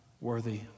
worthy